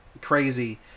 crazy